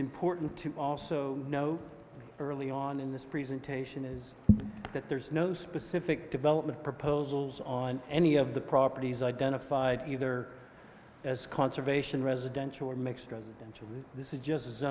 important to also know early on in this presentation is that there is no specific development proposals on any of the properties identified either as conservation residential or mixed presidential and this is just a